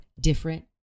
different